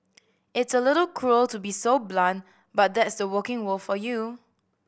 it's a little cruel to be so blunt but that's the working world for you